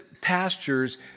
pastures